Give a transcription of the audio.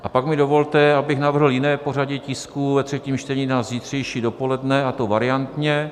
A pak mi dovolte, abych navrhl jiné pořadí tisků ve třetím čtení na zítřejší dopoledne, a to variantně.